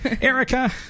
erica